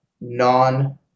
non